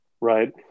right